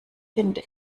finde